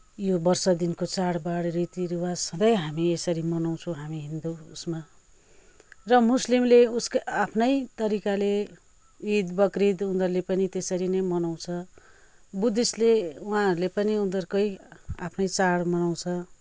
यो वर्ष दिनको चाडबाड रीति रिवाज सधैँ हामी यसरी मनाउँछौ हामी हिन्दू उसमा र मुस्लिमले उसकै आफ्नै तरिकाले ईद बकरिद् उनीहरूले पनि त्यसरी नै मनाउँछ बुद्धिस्टले उहाँहरूले पनि उनीहरूकै आफ्नै चाड मनाउँछ